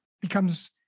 becomes